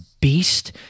beast